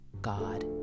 God